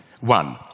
one